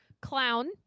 Clown